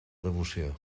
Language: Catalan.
devoció